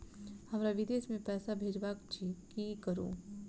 हमरा विदेश मे पैसा भेजबाक अछि की करू?